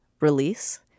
release